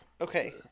Okay